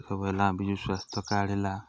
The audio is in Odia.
ହବ ହେଲା ବିଜୁ ସ୍ୱାସ୍ଥ୍ୟ କାର୍ଡ଼ ହେଲା